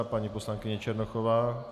Paní poslankyně Černochová.